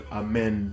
amen